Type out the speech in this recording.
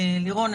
לירון,